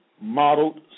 modeled